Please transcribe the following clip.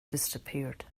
disappeared